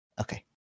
Okay